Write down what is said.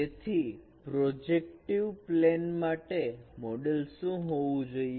તેથી projective plane માટે model શું હોવું જોઈએ